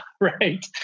right